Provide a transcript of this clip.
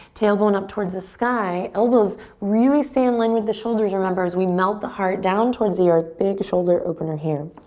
tailbone up towards the sky, elbows really stay in line with the shoulder, remember, as we melt the heart down towards the earth, big shoulder opener here.